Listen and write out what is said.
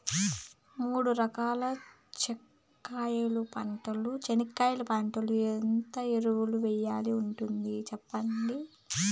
మూడు ఎకరాల చెనక్కాయ పంటకు ఎంత ఎరువులు వేయాల్సి ఉంటుంది సెప్పండి?